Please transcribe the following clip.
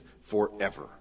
forever